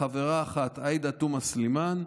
חברה אחת: עאידה תומא סלימאן,